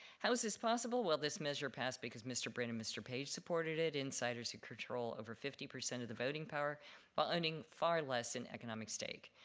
how is this possible? well, this measure passed because mr. brin and mr. page supported it, insiders who control over fifty percent of the voting power while owning far less in economic stake.